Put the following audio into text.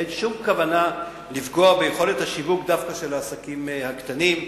אין שום כוונה לפגוע ביכולת השיווק דווקא של העסקים הקטנים,